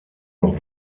noch